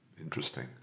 Interesting